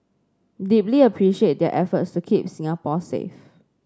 deeply appreciate their efforts to keep Singapore safe